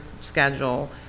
schedule